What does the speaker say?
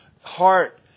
heart